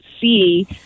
see